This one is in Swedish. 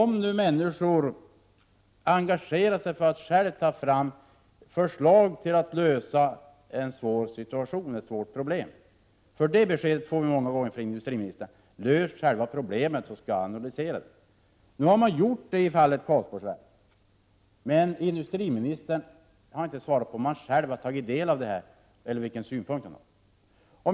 Människorna har engagerat sig för att själva ta fram förslag för att lösa ett svårt problem. Om man frågar industriministern får man ju detta besked: Lös själva problemen, så skall jag analysera dem. Så har man gjort i fallet Karlsborgsverken. Men industriministern har inte svarat på frågan om han själv tagit del av förslagen och vilken synpunkt han har.